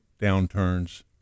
downturns